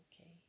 okay